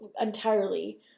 entirely